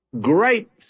Grapes